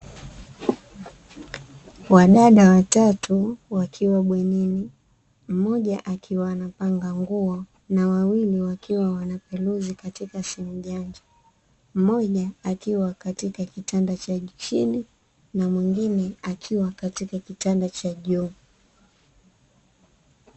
Wadada watatu wakiwa bwenini, mmoja akiwa anapanga nguo na wawili wakiwa wanaperuzi katika simu janja. Mmoja akiwa katika kitanda cha chini na mwingine akiwa katika kitanda cha juu.